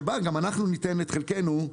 שבה גם אנחנו ניתן את חלקנו.